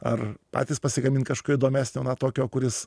ar patys pasigamint kažko įdomesnio na tokio kuris